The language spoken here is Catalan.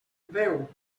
veu